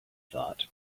thought